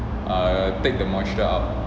err take the moisture out